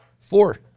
Four